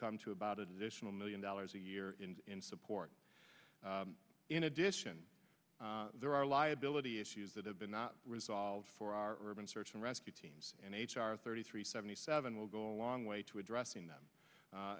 come to about additional million dollars a year in support in addition there are liability issues that have been not resolved for our urban search and rescue teams and h r thirty three seventy seven will go a long way to addressing them